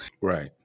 right